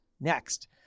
next